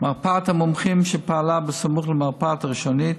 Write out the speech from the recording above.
מרפאת המומחים שפעלה סמוך למרפאה הראשונית